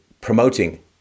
promoting